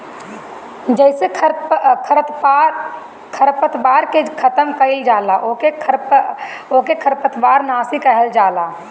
जेसे खरपतवार के खतम कइल जाला ओके खरपतवार नाशी कहल जाला